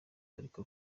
ariko